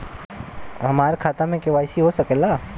हमार खाता में के.वाइ.सी हो सकेला?